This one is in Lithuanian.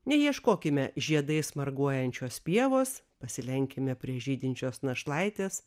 neieškokime žiedais marguojančios pievos pasilenkime prie žydinčios našlaitės